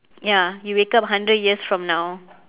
ya you wake up hundred years from now